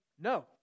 no